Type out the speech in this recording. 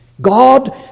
God